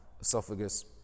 esophagus